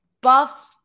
Buffs